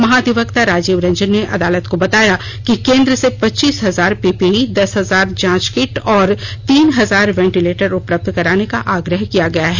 महाधिवक्ता राजीव रंजने ने अदालत को बताया कि केंद्र से पच्चीस हजार पीपीई दस हजार जांच किट और तीन हजार वेंटिलेटर उपलब्ध कराने का आग्रह किया गया है